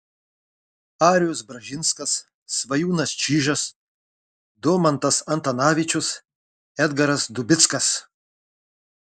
arijus bražinskas svajūnas čyžas domantas antanavičius edgaras dubickas